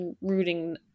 rooting